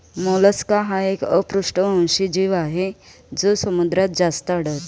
Mollusca हा एक अपृष्ठवंशी जीव आहे जो समुद्रात जास्त आढळतो